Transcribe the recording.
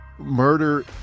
murder